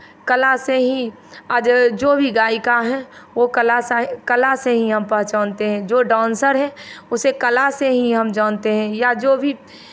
कला से ही आज जो भी गायिका हैं वो कला सा कला से ही हम पहचानते हैं जो डान्सर है उसे कला से ही हम जानते हैं या जो भी